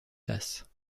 tasses